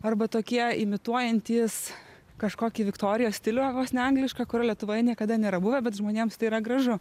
arba tokie imituojantys kažkokį viktorijos stilių vos ne anglišką kurio lietuvoje niekada nėra buvę bet žmonėms tai yra gražu